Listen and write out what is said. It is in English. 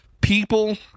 people